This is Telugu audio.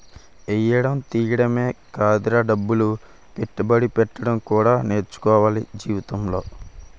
ఎయ్యడం తియ్యడమే కాదురా డబ్బులు పెట్టుబడి పెట్టడం కూడా నేర్చుకోవాల జీవితంలో